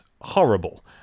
horrible